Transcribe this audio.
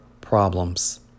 problems